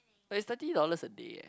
but it's thirty dollars a day eh